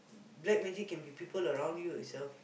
black magic can be people around you itself